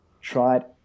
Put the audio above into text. tried